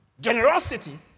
generosity